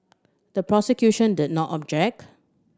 the prosecution did not object